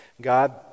God